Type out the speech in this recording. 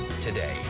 today